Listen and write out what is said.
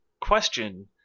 question